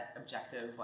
objective